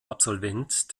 absolvent